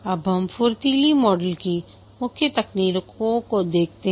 अब हम फुर्तीली मॉडल की मुख्य तकनीकों को देखते हैं